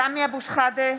(קוראת בשמות חברי הכנסת) סמי אבו שחאדה,